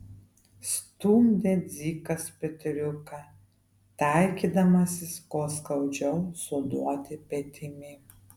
stumdė dzikas petriuką taikydamasis kuo skaudžiau suduoti petimi